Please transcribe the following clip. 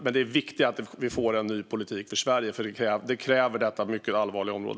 Men det viktiga är att vi får en ny politik för Sverige. Det kräver detta mycket allvarliga område.